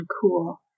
cool